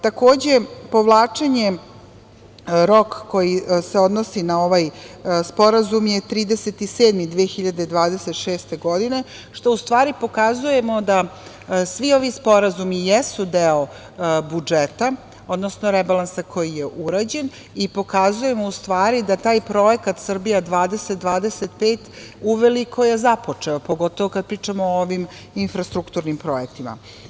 Takođe, povlačenje, rok koji se odnosi na ovaj sporazum je 30. jul 2026. godine, što u stvari pokazuje da svi ovi sporazumi jesu deo budžeta, odnosno rebalansa koji je urađen i pokazujemo u stvari da taj projekat „Srbija 2025“ uveliko je započeo, pogotovo kada pričamo o ovim infrastrukturnim projektima.